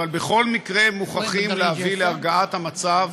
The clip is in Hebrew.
אבל בכל מקרה מוכרחים להביא להרגעת המצב,